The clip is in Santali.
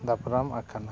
ᱫᱟᱯᱨᱟᱢ ᱟᱠᱟᱱᱟ